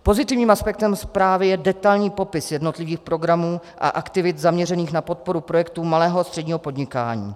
Pozitivním aspektem zprávy je detailní popis jednotlivých programů a aktivit zaměřených na podporu projektů malého a středního podnikání.